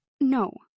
No